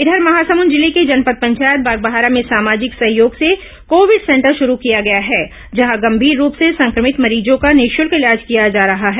इधर महासमुंद जिले के जनपद पंचायत बागबाहरा में सामाजिक सहयोग से कोविड सेंटर शुरू किया गया है जहां गंभीर रूप से संक्रभित मरीजों का निःशुल्क इलाज किया जा रहा है